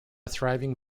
thriving